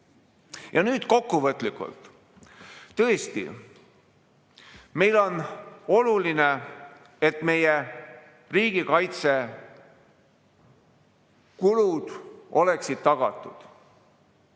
Ja nüüd kokkuvõtlikult. Tõesti, meile on oluline, et meie riigikaitse kulud oleksid tagatud,